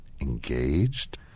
engaged